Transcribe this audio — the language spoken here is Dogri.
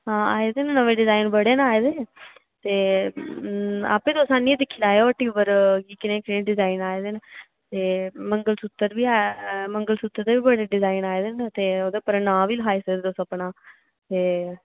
आं आए दे न नमें डिजाइन बडे़ न आए दे ते आपे तुस आह्निए दिक्खी लैयो हट्टी पर कनेह् कनेह डिजाइन आए दे न ते मंगलसूत्र बी ऐ मंगलसूत्र दे बी बड़े डिजाइन आए दे न ते ओह्दे पर नां बी लखाई सकदे तुस अपना